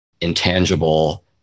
intangible